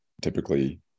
typically